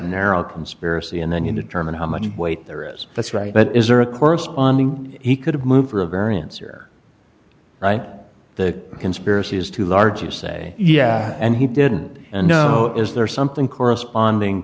narrow conspiracy and then you determine how much weight there is that's right but is there a corresponding he could have moved for a variance here right the conspiracy is too large to say yeah and he didn't know is there something corresponding